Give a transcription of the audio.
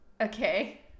Okay